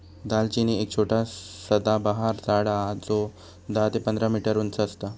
दालचिनी एक छोटा सदाबहार झाड हा जो दहा ते पंधरा मीटर उंच असता